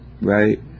right